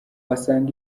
asanga